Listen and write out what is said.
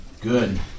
Good